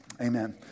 Amen